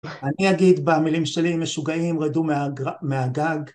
אני אגיד במילים שלי משוגעים רדו מהגג